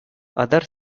other